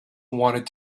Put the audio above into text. wanted